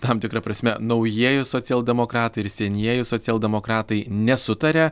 tam tikra prasme naujieji socialdemokratai ir senieji socialdemokratai nesutaria